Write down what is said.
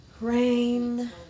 Rain